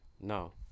No